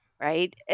right